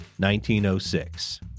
1906